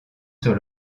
sur